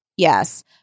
Yes